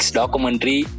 documentary